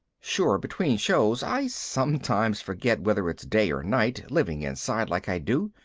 sure, between shows i sometimes forget whether it's day or night, living inside like i do.